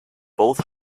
both